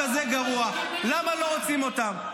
למה לא רוצים אותם?